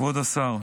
כבוד השר,